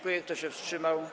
Kto się wstrzymał?